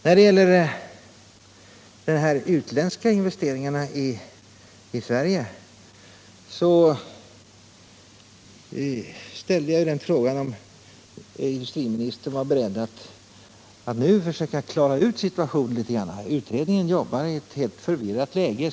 När det gäller de utländska investeringarna i Sverige ställde jag frågan om industriministern var beredd att nu försöka klara ut situationen. Utredningen jobbar i ett helt förvirrat läge.